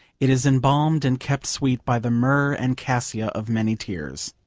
it is embalmed and kept sweet by the myrrh and cassia of many tears.